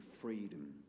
freedom